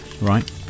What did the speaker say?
Right